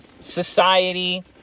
society